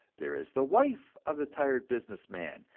there is the wife of the tired business man,